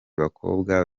bakobwa